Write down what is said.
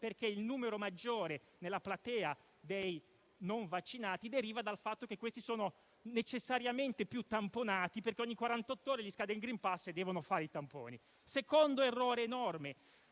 perché il numero maggiore nella platea dei non vaccinati deriva dal fatto che questi sono necessariamente più tamponati, perché il *green pass* scade ogni quarantotto ore e devono fare i tamponi. Il secondo errore enorme